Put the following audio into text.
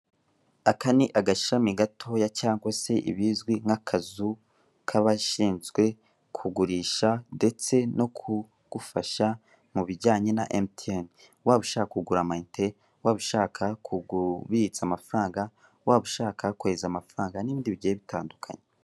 Aka ni agashami gatoya cyangwa se ibizwi nk'akazu kabashinzwe kugurisha ndetse no kugufasha mu bijyanye na Mtn. Waba ushaka kugura amainite, waba ushaka kubitsa amafaranga, waba ushaka kohereza amafaranga n'ibindi bigiye bitandukanye.